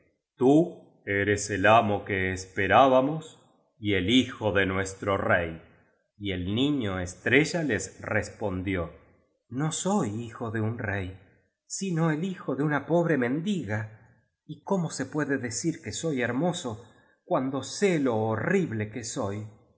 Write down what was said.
tú eres el amo que esperábamos y el hijo de nuestro rey y el niño estrella les respondió no soy hijo de un rey sino el hijo de una pobre mendi ga y cómo se puede decir que soy hermoso cuando sé lo ho rrible que soy